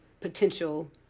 potential